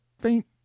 faint